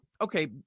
okay